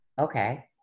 okay